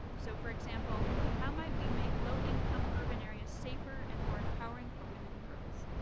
so, for example, how might we make low income urban areas safer and more empowering for women and girls?